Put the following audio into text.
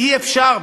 אי-אפשר,